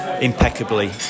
impeccably